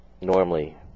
normally